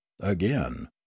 again